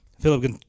Philip